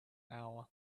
hour